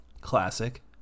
Classic